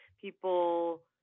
people